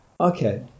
Okay